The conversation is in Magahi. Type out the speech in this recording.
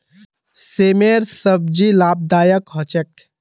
सेमेर सब्जी लाभदायक ह छेक